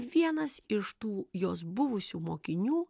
vienas iš tų jos buvusių mokinių